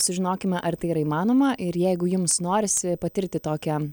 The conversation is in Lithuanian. sužinokime ar tai yra įmanoma ir jeigu jums norisi patirti tokią